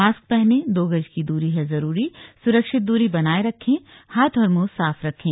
mask पहने दो गज की दूरी है जरूरी सुरक्षित दूरी बनाए रखें हाथ और मुंह साफ रखें